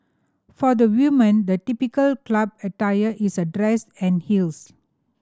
for the women the typical club attire is a dress and heels